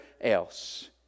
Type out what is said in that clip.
else